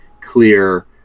clear